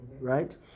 right